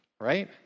right